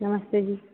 नमस्ते जी